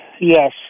Yes